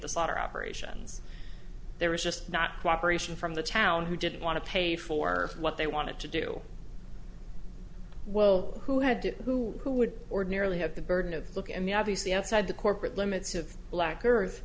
slaughter operations there was just not cooperation from the town who didn't want to pay for what they wanted to do well who had to who would ordinarily have the burden of look and the obviously outside the corporate limits of black earth